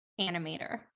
animator